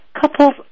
Couples